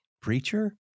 preacher